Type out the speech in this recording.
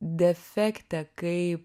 defekte kai